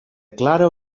clara